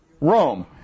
Rome